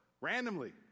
randomly